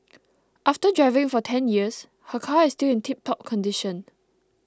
after driving for ten years her car is still in tiptop condition